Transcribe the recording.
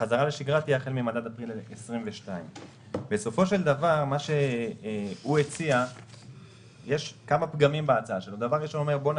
שהחזרה לשגרה תהיה החל ממדד אפריל 2022. יש כמה פגמים בהצעה של רואה החשבון.